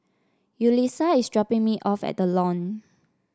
Yulisa is dropping me off at The Lawn